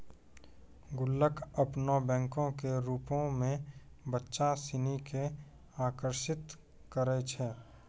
गुल्लक अपनो बैंको के रुपो मे बच्चा सिनी के आकर्षित करै छै